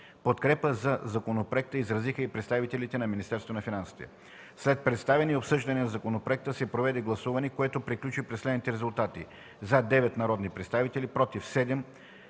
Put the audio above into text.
Подкрепа за законопроекта изразиха и представителите на Министерството на финансите. След представяне и обсъждане на законопроекта се проведе гласуване, което приключи при следните резултати: „за” – 9 народни представители, „против”